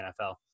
NFL